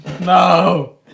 No